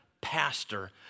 pastor